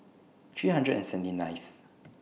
three hundred and seventy ninth